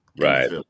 Right